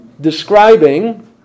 Describing